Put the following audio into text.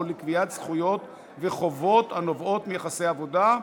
מוצע לקבוע כי לעניין חוק יישוב סכסוכי עבודה,